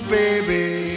baby